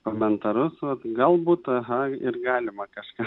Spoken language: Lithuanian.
komentarus o gal būtų aha ir galima kažką